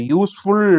useful